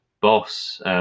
Boss